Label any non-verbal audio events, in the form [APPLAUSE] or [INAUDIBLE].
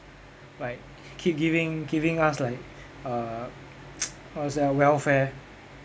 like keep giving giving us like err [NOISE] how to say ah welfare